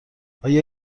آیا